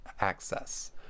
access